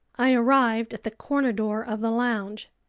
i arrived at the corner door of the lounge.